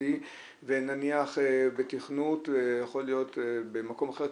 ממשלתי בתכנות ונניח יכול להיות במקום אחר,